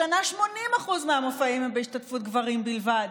השנה 80% מהמופעים הם בהשתתפות גברים בלבד.